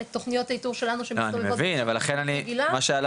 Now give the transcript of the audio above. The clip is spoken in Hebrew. את תוכניות האיתור שלנו שמסתובבות --- לכן מה שעלה